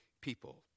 people